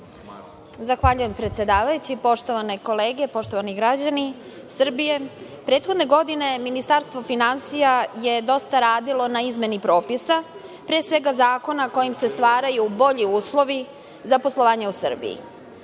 **Nataša Jovanović** Poštovane kolege, poštovani građani Srbije, prethodne godine Ministarstvo finansija je dosta radilo na izmeni propisa, pre svega zakona kojim se stvaraju bolji uslovi za poslovanje u Srbiji.